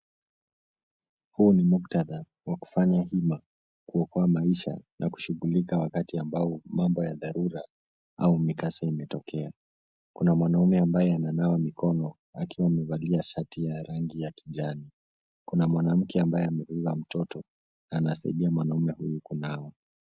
Huu ni muktadha wa kufanya hima kuokoa maisha na kushughulika wakati ambao mambo ya dharura au mikasa imetokea. Kuna mwanaume ambaye amenawa mikono akiwa amevalia shati ya rangi ya kijani. Kuna mwanamke ambaye amebeba mtoto na anamsaidia mwanaume huyu kunawa.